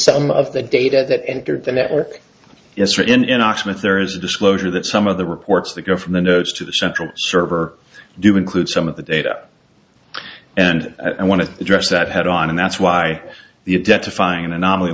some of the data that enter the network is written in oxman there is a disclosure that some of the reports that go from the notes to the central server do include some of the data and i want to address that head on and that's why the debt to finding an anomaly